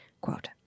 quote